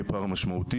יהיה פער משמעותי.